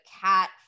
cat